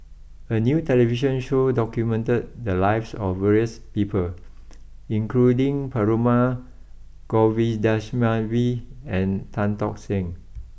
a new television show documented the lives of various people including Perumal Govindaswamy and Tan Tock Seng